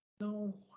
no